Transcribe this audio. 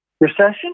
recession